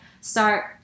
start